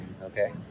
okay